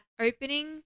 opening